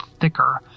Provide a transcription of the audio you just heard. thicker